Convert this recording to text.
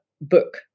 book